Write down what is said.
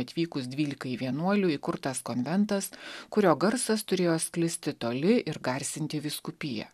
atvykus dvylikai vienuolių įkurtas konventas kurio garsas turėjo sklisti toli ir garsinti vyskupiją